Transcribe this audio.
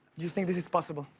you think this is possible.